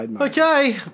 Okay